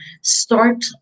start